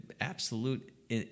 absolute